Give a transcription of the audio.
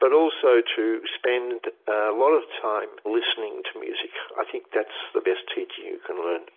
but also to spend a lot of time listening to music. i think that's the best teaching you can learn.